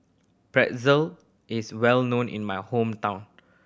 pretzel is well known in my hometown